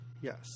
Yes